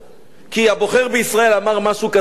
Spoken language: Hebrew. כי הבוחר בישראל אמר משהו כזה וכזה,